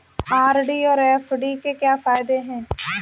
RD और FD के क्या फायदे हैं?